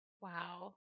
Wow